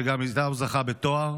שגם איתה זכה בתואר,